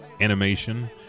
Animation